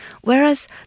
whereas